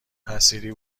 حصیری